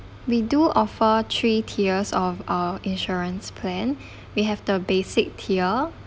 we do offer three tiers of uh insurance plan we have the basic tier